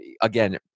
again